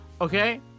Okay